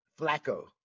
Flacco